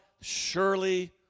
surely